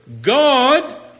God